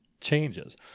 changes